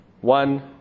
one